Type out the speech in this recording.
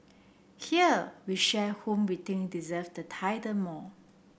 here we share whom we think deserve the title more